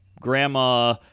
Grandma